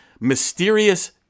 mysterious